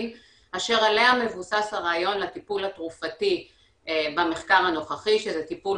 אשר עליה מבוסס הרעיון לטיפול התרופתי במחקר הנוכחי שזה טיפול